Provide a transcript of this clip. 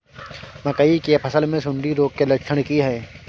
मकई के फसल मे सुंडी रोग के लक्षण की हय?